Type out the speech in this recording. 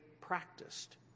practiced